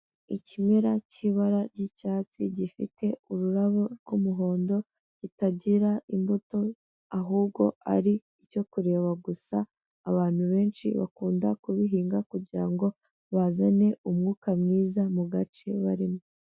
Ikimera cy'ibara ry'icyatsi gifite ururabo rw'umuhondo, kitagira imbuto ahubwo ari icyo kureba gusa, abantu benshi bakunda kubihinga kugira ngo bazane umwuka mwiza mu gace barimo.